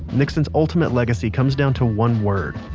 nixon's ultimate legacy comes down to one word.